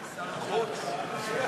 בי,